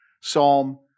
Psalm